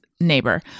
neighbor